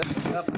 הישיבה ננעלה